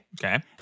Okay